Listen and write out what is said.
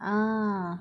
ah